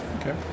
Okay